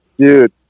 Dude